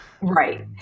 Right